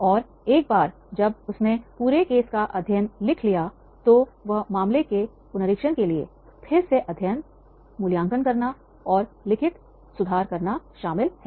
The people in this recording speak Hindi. और एक बार जब उसने पूरे केस का अध्ययन लिख लिया तो वह मामले के पुनरीक्षण के लिए अध्ययन संशोधित करने में लिखित सुधार मूल्यांकन करना और लिखित सुधार करना शामिल है